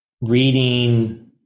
reading